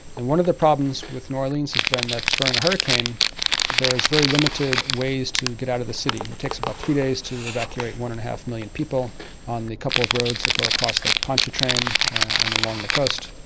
and one of the problems with new orleans has been that during a hurricane there's very limited ways to get out of the city. it takes about three days to evacuate one and a half million people on the couple of the roads that go across lake pontchartrain and along the coast.